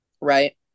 right